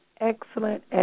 Excellent